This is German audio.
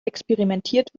experimentiert